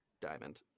diamond